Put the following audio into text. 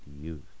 youth